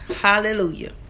Hallelujah